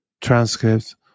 transcripts